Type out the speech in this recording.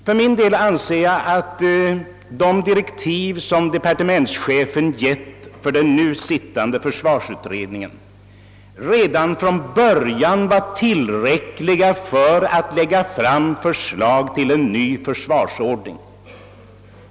För min del anser jag att de direktiv som departementschefen givit den nu sittande försvarsutredningen redan från början var tillräckliga för att förslag till en ny försvarsordning skulle kunna framläggas.